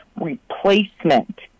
replacement